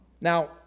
Now